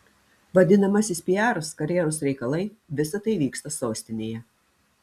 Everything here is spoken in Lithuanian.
vadinamasis piaras karjeros reikalai visa tai vyksta sostinėje